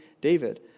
David